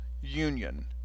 union